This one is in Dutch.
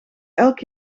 elk